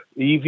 EV